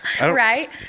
Right